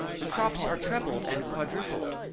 the crops are trebled and quadrupled.